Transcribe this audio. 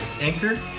Anchor